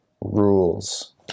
rules